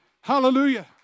Hallelujah